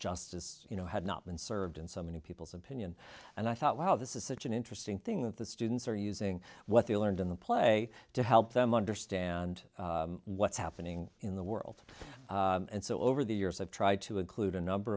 justice you know had not been served in so many people's opinion and i thought wow this is such an interesting thing that the students are using what they learned in the play to help them understand what's happening in the world and so over the years i've tried to include a number